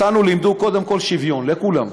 אותנו לימדו קודם כול שוויון, לכולם.